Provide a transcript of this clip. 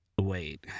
Wait